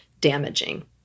damaging